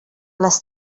les